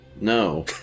No